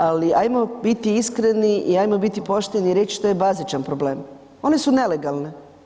Ali ajmo biti iskreni i ajmo biti pošteni i reći što je bazičan problem one su nelegalne.